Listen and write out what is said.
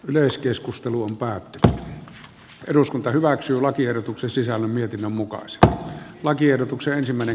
yleiskeskusteluun päätöstä eduskunta hyväksyi lakiehdotuksen sisällön mietinnön mukaan sitä lakiehdotuksen ensimmäinen